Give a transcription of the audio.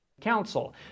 Council